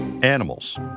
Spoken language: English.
Animals